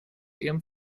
ihrem